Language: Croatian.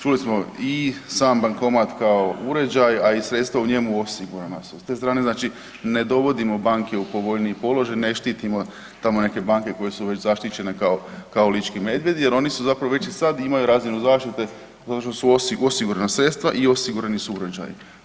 Čuli smo i sam bankomat kao uređaj, a i sredstva u njemu osigurana su, s te strane znači ne dovodimo banke u povoljniji položaj, ne štitimo tamo neke banke koje su već zaštićene kao, kao lički medvjedi jer oni su zapravo već i sad imaju razinu zaštite zato što su osigurana sredstva i osigurani su uređaji.